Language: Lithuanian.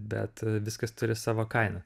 bet viskas turi savo kainą